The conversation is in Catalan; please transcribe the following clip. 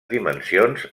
dimensions